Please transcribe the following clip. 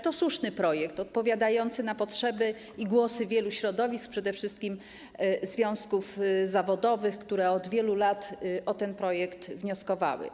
To słuszny projekt, odpowiadający na potrzeby i głosy wielu środowisk, przede wszystkim związków zawodowych, które od wielu lat o ten projekt ustawy wnioskowały.